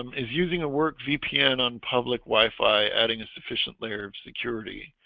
um is using a work vpn on public wi-fi adding a sufficient layer of security?